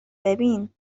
ببین